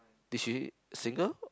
did she single